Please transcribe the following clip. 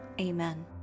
Amen